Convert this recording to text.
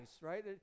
right